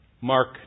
Mark